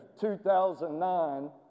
2009